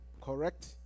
correct